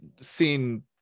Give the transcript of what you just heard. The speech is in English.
seen